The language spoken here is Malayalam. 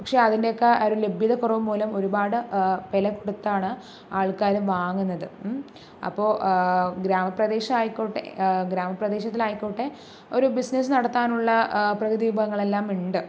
പക്ഷെ അതിൻ്റെയൊക്കെ ആ ഒരു ലഭ്യതക്കുറവ് മൂലം ഒരുപാട് വില കൊടുത്താണ് ആൾക്കാര് വാങ്ങുന്നത് അപ്പോൾ ഗ്രാമപ്രദേശം ആയിക്കോട്ടെ ഗ്രാമപ്രദേശത്തിലായിക്കോട്ടെ ഒരു ബിസിനസ് നടത്താനുള്ള പ്രകൃതി വിഭവങ്ങളെല്ലാം ഉണ്ട്